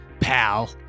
pal